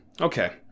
Okay